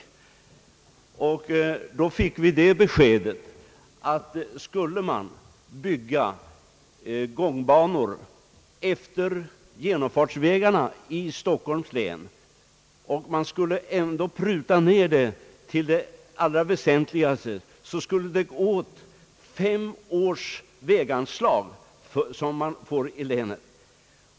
Vi fick det beskedet att skulle man bygga gångbanor utefter genomfartsvägarna i Stockholms län så skulle det, även om man prutade ned planerna till det allra väsentligaste, gå åt fem års väganslag till länet.